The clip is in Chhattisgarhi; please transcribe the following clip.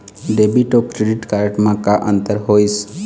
डेबिट अऊ क्रेडिट कारड म का अंतर होइस?